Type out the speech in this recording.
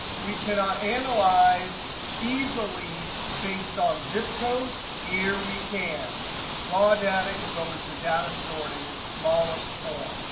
we cannot analyze easily based on zip code. here we can raw data is always the data stored in its smallest form.